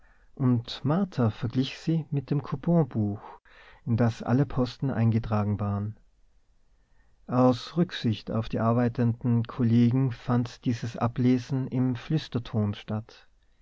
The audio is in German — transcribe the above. und martha verglich mit dem couponbuch in das alle posten eingetragen waren aus rücksicht auf die arbeitenden kollegen fand dieses ablesen im